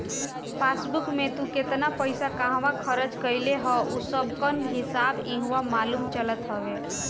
passbook में तू केतना पईसा कहवा खरच कईले हव उ सबकअ हिसाब इहवा मालूम चलत हवे